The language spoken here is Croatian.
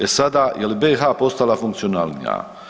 E sada, je li BiH postala funkcionalnija?